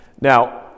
Now